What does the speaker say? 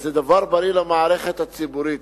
זה דבר בריא למערכת הציבורית.